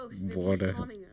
Water